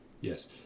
Yes